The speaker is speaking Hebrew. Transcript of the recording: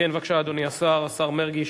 בקריאה הראשונה